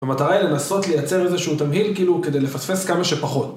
המטרה היא לנסות לייצר איזשהו תמהיל כאילו, כדי לפספס כמה שפחות